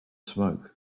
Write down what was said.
smoke